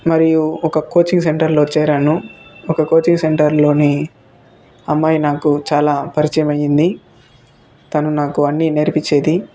మరియు ఒక కోచింగ్ సెంటర్లో చేరాను ఒక కోచింగ్ సెంటర్లో అమ్మాయి నాకు చాలా పరిచయమైంది తను నాకు అన్నీ నేర్పించేది